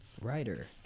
Writer